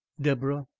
deborah?